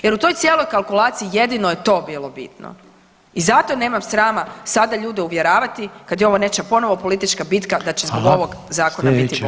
Jer u toj cijeloj kalkulaciji jedino je to bilo bitno i zato nemam srama sada ljude uvjeravati kad je ovo nečija ponovo politička bitka da će zbog ovog zakona biti bolje.